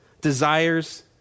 desires